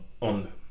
on